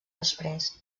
després